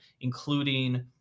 including